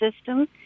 system